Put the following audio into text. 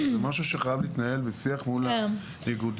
זה משהו שחייב להתנהל בשיח מול האיגודים.